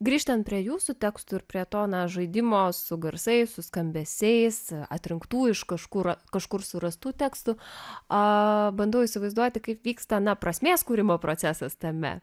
grįžtant prie jūsų tekstų ir prie t žaidimo su garsai su skambesiais atrinktų iš kažkur kažkur surastų tekstų a bandau įsivaizduoti kaip vyksta na prasmės kūrimo procesas tame